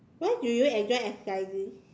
where do you enjoy exercising